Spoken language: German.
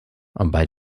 bei